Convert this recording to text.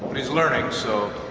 but he's learning, so